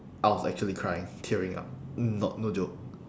I was actually crying tearing up not no joke